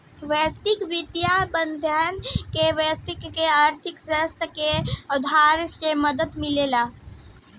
व्यक्तिगत बित्तीय प्रबंधन से व्यक्ति के आर्थिक स्थिति के सुधारे में मदद मिलेला